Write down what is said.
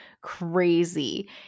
crazy